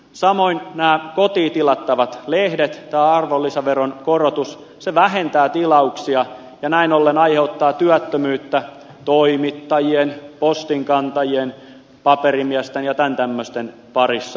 samoin kotiin tilattavien lehtien arvonlisäveron korotus vähentää tilauksia ja näin ollen aiheuttaa työttömyyttä toimittajien postinkantajien paperimiesten ja tämän tämmöisten parissa